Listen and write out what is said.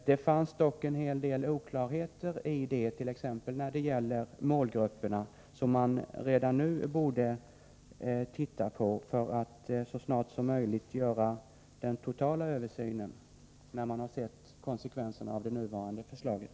Det fanns dock en hel del oklarheter i det, t.ex. när det gäller målgrupperna, som man redan nu borde se över för att så snart som möjligt göra den totala översynen, när man sett konsekvenserna av det nuvarande förslaget.